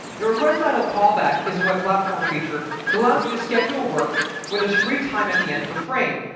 now, requestidlecallback is a web platform feature that allows you to schedule work when there's free time at the end of a frame,